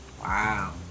Wow